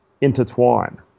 intertwine